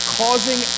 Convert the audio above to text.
causing